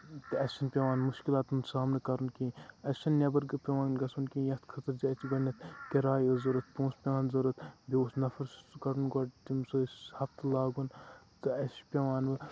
تہٕ اَسہِ چھُنہٕ پیٚوان مُشکِلاتن ہُنٛد سامنہٕ کَرُن کیٚنٛہہ اَسہِ چھُنہٕ نیٚبر پیٚوان گژھُن کیٚنٛہہ یَتھ خٲطٔرٕ اسہِ گۅڈٕنیٚتھ کِراے ٲسۍ ضروٗرت پوٚنٛسہٕ پیٚوان ضروٗرت بیٚیہِ اوس نَفر سُہ کَرُن گۄڈٕ تٔمِس اوس ہَفتہٕ لاگُن تہٕ اَسہِ چھُ پیٚوان یہِ